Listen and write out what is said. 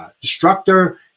Destructor